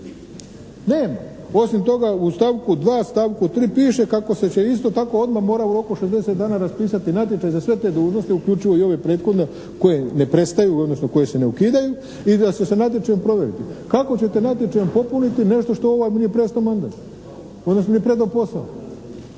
Nema. Osim toga u stavku 2. stavku 3. piše kako se će isto tako mora odmah u roku od 60 dana raspisati natječaj za sve te dužnosti uključuju i ove prethodne koje ne prestaju, odnosno koje se ne ukidaju i da se sa natječajom provjeriti. Kako ćete natječajem popuniti nešto što vam nije prestao mandat, odnosno nije predao posao?